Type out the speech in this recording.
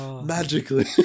magically